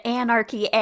anarchy